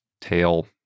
tail